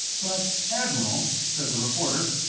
but, admiral, said the reporter,